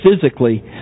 physically